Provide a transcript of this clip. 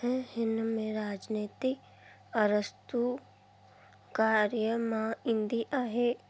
ऐं हिन में राजनैतिक आरस्तू कार्य मां ईंदी आहे